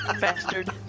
bastard